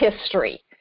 history